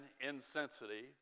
insensitive